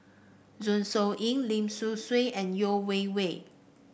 Zeng Shouyin Lim Sun Gee and Yeo Wei Wei